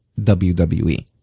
wwe